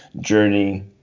journey